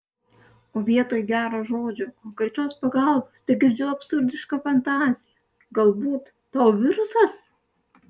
o vietoj gero žodžio konkrečios pagalbos tegirdžiu absurdišką fantaziją galbūt tau virusas